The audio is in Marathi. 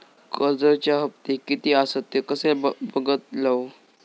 कर्जच्या हप्ते किती आसत ते कसे बगतलव?